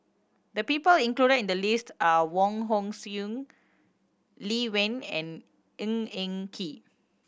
the people included in the list are Wong Hong Suen Lee Wen and Ng Eng Kee